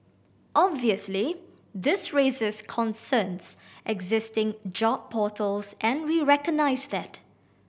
obviously this raises concerns existing job portals and we recognise that